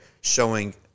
showing